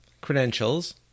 credentials